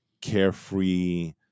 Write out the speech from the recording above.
carefree